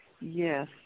Yes